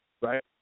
right